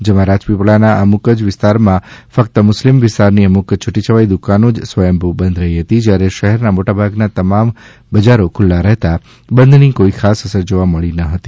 જેમારાજપીપલા ના અમુકજ વિસ્તારમાં ફક્ત મુસ્લિમ વિસ્તારની અમુક છૂટીછવાઈ દુકાનો જ સ્વયંભૂ બંધ રહી જ્યારે શહેરનામોટા ભાગ તમામ બજારો ખુલ્લા રહેતા બંધ ની કોઈ ખાસ અસર જોવા મલી ન હતી